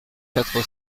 quatre